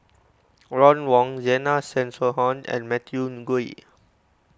Ron Wong Zena Tessensohn and Matthew Ngui